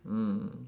mm